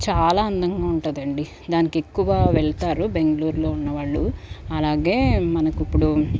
చాలా అందంగా ఉంటుందండి దానికి ఎక్కువగా వెళ్తారు బెంగుళూరులో ఉన్న వాళ్ళు అలాగే మనకి ఇప్పుడు